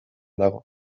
dago